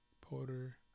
Porter